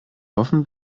offen